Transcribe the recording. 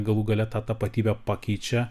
galų gale tą tapatybę pakeičia